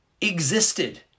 existed